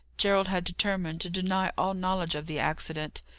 gerald had determined to deny all knowledge of the accident,